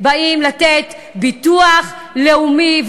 באים לתת ביטוח לאומי,